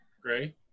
Gray